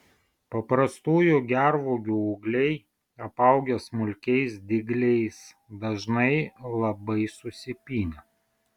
paprastųjų gervuogių ūgliai apaugę smulkiais dygliais dažnai labai susipynę